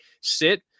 sit